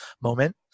moment